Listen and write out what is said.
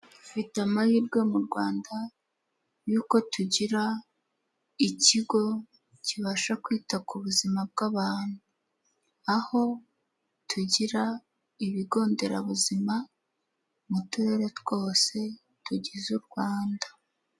Dufite amahirwe mu Rwanda yuko tugira ikigo kibasha kwita ku buzima bw'abantu, aho tugira ibigo nderabuzima, mu turere twose tugize u Rwanda.